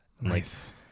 nice